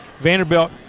Vanderbilt